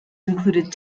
included